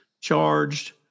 charged